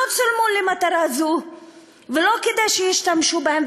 לא צולמו למטרה זו ולא כדי שישתמשו בהם,